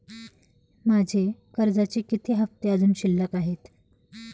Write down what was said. माझे कर्जाचे किती हफ्ते अजुन शिल्लक आहेत?